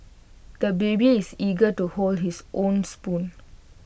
the baby is eager to hold his own spoon